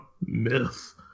myth